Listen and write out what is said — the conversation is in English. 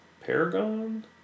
Paragon